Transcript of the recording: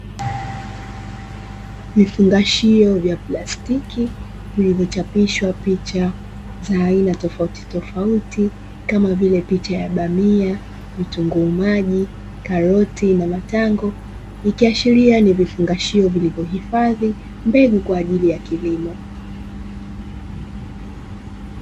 Vifungashio vya plastiki vilivyochapishwa picha za aina tofautitofauti kama vile picha ya bamia, vitunguu maji, karoti, na matango; ikiashiria ni vifungashio vilivyohifadhi mbegu kwa ajili ya kilimo.